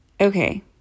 Okay